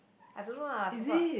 I don't know lah forgot